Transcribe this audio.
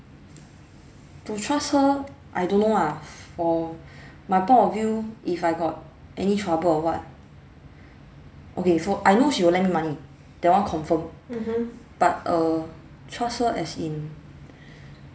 to trust her I don't know lah for my point of view if I got any trouble or what okay so I know she will lend money that one confirm but err trust her as in